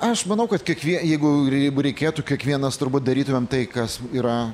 aš manau kad kiekvie jeigu ir jeigu reikėtų kiekvienas turbūt darytumėm tai kas yra